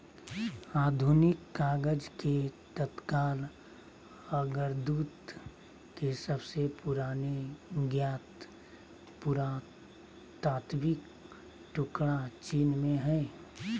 आधुनिक कागज के तत्काल अग्रदूत के सबसे पुराने ज्ञात पुरातात्विक टुकड़ा चीन में हइ